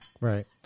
Right